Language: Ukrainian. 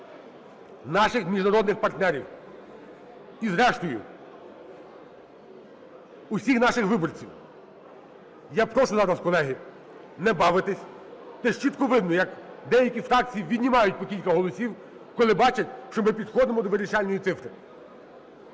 наших міжнародних партнерів і, зрештою, усіх наших виборців. Я прошу зараз, колеги, не бавитись, це ж чітко видно, як деякі фракції віднімають по кілька голосів, коли бачать, що ми підходимо до вирішальної цифри.